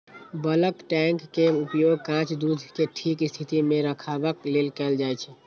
bulk tank के उपयोग कांच दूध कें ठीक स्थिति मे रखबाक लेल कैल जाइ छै